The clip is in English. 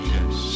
Yes